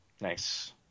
Nice